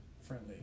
friendly